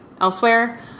elsewhere